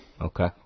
okay